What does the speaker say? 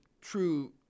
true